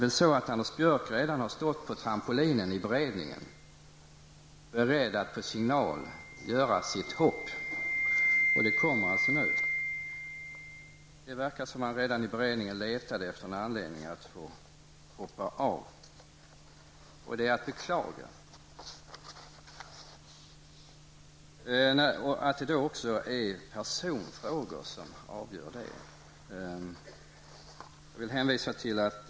Anders Björck har väl redan stått på trampolinen i beredningen beredd att på signal göra sitt hopp, och det kommer alltså nu. Det verkar som han redan i beredningen letade efter en anledning att få hoppa av, och det är att beklaga. Det är att beklaga att det då också är personfrågor som avgör det.